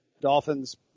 Dolphins